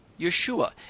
Yeshua